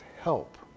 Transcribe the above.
help